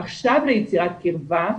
עכשיו ליצירת קרבה,